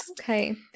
Okay